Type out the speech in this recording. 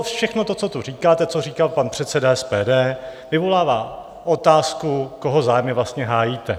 Všechno to, co tu říkáte, co říkal pan předseda SPD, vyvolává otázku, koho zájmy vlastně hájíte.